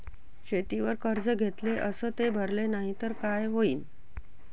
शेतीवर कर्ज घेतले अस ते भरले नाही तर काय होईन?